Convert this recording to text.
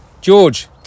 George